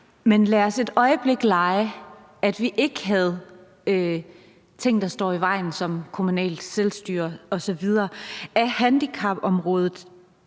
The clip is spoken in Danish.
Men lad os et øjeblik lege, at vi ikke havde ting, der stod i vejen som kommunalt selvstyre osv. Er handicapområdet